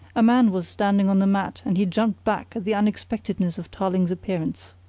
a man was standing on the mat and he jumped back at the unexpectedness of tarling's appearance.